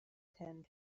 tent